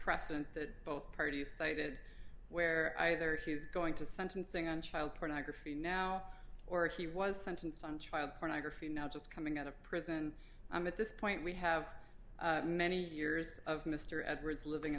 precedent that both parties cited where either she's going to sentencing on child pornography now or she was sentenced on child pornography now just coming out of prison at this point we have many years of mr edwards living